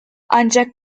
ancak